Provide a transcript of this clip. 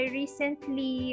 recently